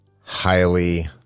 highly